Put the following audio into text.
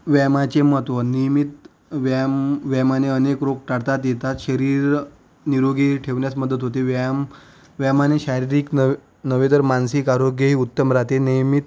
व्यायामाचे महत्त्व नियमित व्यायाम व्यायामाने अनेक रोग टाटा देतात शरीर निरोगी ठेवण्यास मदत होते व्यायम व्यायामाने शारीरिक नव नव्हे तर मानसिक आरोग्यही उत्तम राहते नियमित